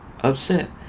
Upset